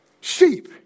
sheep